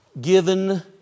given